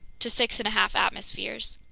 to six and a half atmospheres.